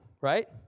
Right